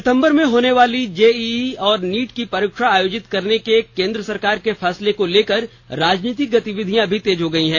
सितंबर में होने वाली जेईई और नीट की परीक्षा आयोजित करने के केन्द्र सरकार के फैसले को लेकर राजनीतिक गतिविधियां भी तेज हो गई है